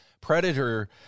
predator